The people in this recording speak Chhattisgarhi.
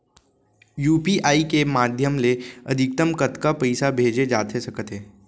यू.पी.आई के माधयम ले अधिकतम कतका पइसा भेजे जाथे सकत हे?